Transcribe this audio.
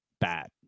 bad